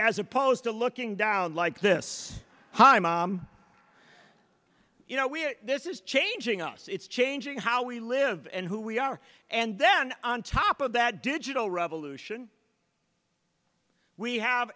as opposed to looking down like this you know we this is changing us it's changing how we live and who we are and then on top of that digital revolution we have